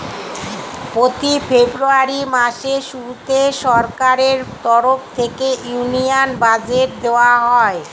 প্রতি ফেব্রুয়ারি মাসের শুরুতে সরকারের তরফ থেকে ইউনিয়ন বাজেট দেওয়া হয়